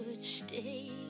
stay